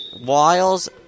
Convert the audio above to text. Wiles